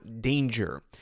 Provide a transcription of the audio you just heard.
danger